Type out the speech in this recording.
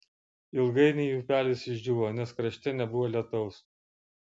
ilgainiui upelis išdžiūvo nes krašte nebuvo lietaus